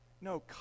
No